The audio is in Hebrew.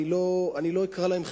אני לא אקרא להם חילונים,